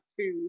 food